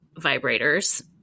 vibrators